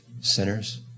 sinners